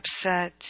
upset